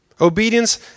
Obedience